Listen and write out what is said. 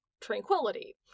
tranquility